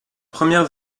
première